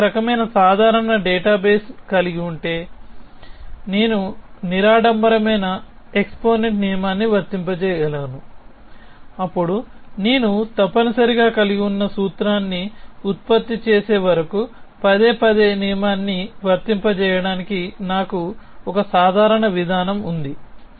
నేను ఒక రకమైన సాధారణ డేటాబేస్ కలిగి ఉంటే నేను నిరాడంబరమైన ఎక్స్పోనెంట్స్ నియమాన్ని వర్తింపజేయగలను అప్పుడు నేను తప్పనిసరిగా కలిగి ఉన్న సూత్రాన్ని ఉత్పత్తి చేసే వరకు పదే పదే నియమాన్ని వర్తింపజేయడానికి నాకు ఒక సాధారణ విధానం ఉంది